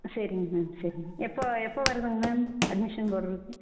சரிங்க மேம் சரிங்க எப்போது எப்போது வரணும்ங்க மேம் அட்மிஷன் போடுறதுக்கு